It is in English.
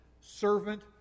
servant